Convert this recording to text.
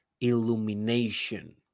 illumination